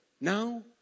now